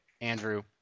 Andrew